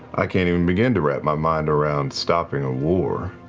i can't even begin to wrap my mind around stopping a war.